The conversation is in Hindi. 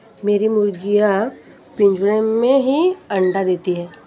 मेरी मुर्गियां पिंजरे में ही अंडा देती हैं